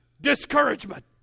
discouragement